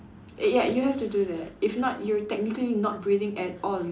eh ya you have to do that if not you technically not breathing at all you know